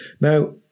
Now